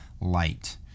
light